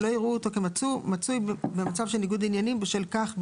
ולא יראו אותו המצוי במצב של ניגוד עניינים בשל כך בלבד.